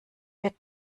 wird